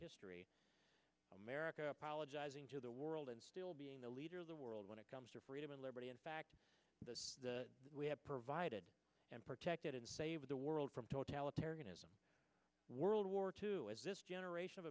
history america into the world and still being the leader of the world when it comes to freedom and liberty in fact we have provided and protected and save the world from totalitarianism world war two is this generation of